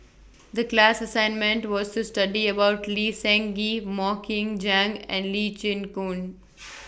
The class assignment was to study about Lee Seng Gee Mok Ying Jang and Lee Chin Koon